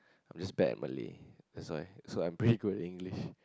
is bad in Malay so I so I pretty good in English